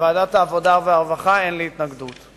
בוועדת העבודה, הרווחה והבריאות, אין לי התנגדות.